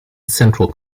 central